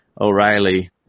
O'Reilly